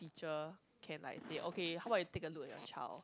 cher can like say okay how about you look at your child